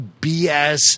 BS